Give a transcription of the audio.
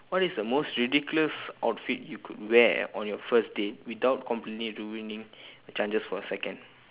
what is the most ridiculous outfit you could wear on your first date without completely ruining your chances for a second